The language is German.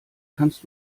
kannst